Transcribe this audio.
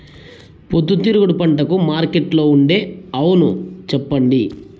పొద్దుతిరుగుడు పంటకు మార్కెట్లో ఉండే అవును చెప్పండి?